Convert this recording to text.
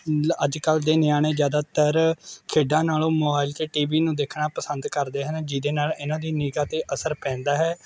ਅੱਜ ਕੱਲ੍ਹ ਦੇ ਨਿਆਣੇ ਜ਼ਿਆਦਾਤਰ ਖੇਡਾਂ ਨਾਲੋਂ ਮੋਬਾਈਲ ਅਤੇ ਟੀ ਵੀ ਨੂੰ ਦੇਖਣਾ ਪਸੰਦ ਕਰਦੇ ਹਨ ਜਿਹਦੇ ਨਾਲ ਇਹਨਾਂ ਦੀ ਨਿਗਾਹ 'ਤੇ ਅਸਰ ਪੈਂਦਾ ਹੈ